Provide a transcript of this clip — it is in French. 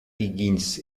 hingis